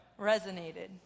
resonated